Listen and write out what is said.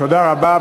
תודה רבה.